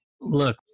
look